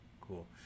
cool